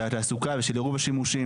של התעסוקה ושל עירוב השימושים.